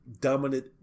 dominant